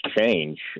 change